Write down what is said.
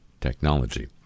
technology